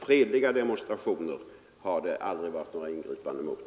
Fredliga demonstrationer har det aldrig varit några ingripanden mot.